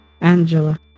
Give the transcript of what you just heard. Angela